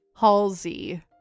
Halsey